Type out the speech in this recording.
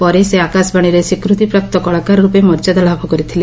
ପରେ ସେ ଆକାଶବାଶୀରେ ସ୍ୱୀକୃତିପ୍ରାପ୍ତ କଳାକାର ରୂପେ ମଯ୍ୟାଦା ଲାଭ କରିଥିଲେ